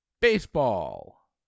baseball